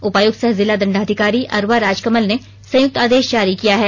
उपायुक्त सह जिला दंडाधिकारी अरवा राजकमल ने संयुक्त आदेश जारी किया है